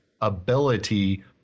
ability